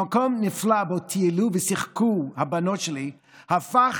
המקום הנפלא שבו טיילו ושיחקו הבנות שלי הפך